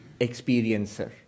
experiencer